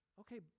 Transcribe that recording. okay